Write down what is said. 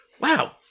Wow